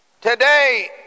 Today